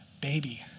baby